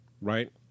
right